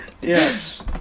Yes